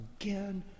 again